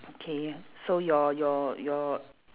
okay so your your your